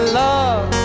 love